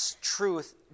truth